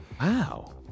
Wow